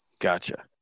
Gotcha